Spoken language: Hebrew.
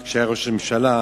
כשהיה ראש הממשלה,